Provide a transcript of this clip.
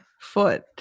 foot